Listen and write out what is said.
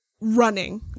running